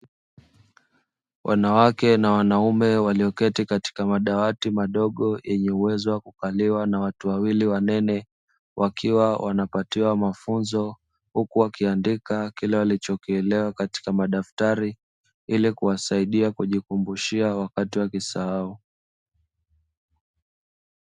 Wanawake na wanaume walioketi katika madawati madogo yenye uwezo wa kukaliwa na watu wawili wanene, wakiwa wanapatiwa mafunzo huku wakiandika kile walichokielewa kwenye madaftari ili kujikumbushia wakati wa kisahau.